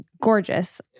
gorgeous